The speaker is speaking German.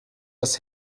das